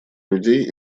людей